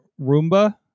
Roomba